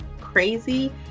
crazy